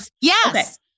Yes